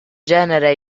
genere